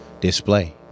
display